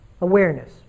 awareness